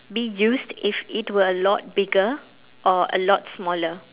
be used if it were a lot bigger or a lot smaller